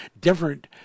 different